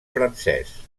francès